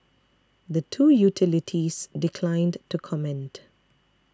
the two utilities declined to comment